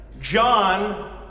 John